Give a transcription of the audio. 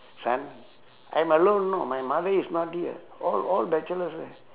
son I'm alone know my mother is not here all all bachelors eh